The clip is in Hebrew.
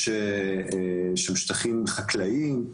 יש שטחים חקלאיים,